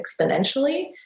exponentially